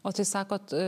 o tai sakot